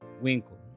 winkle